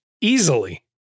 easily